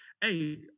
hey